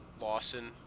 Lawson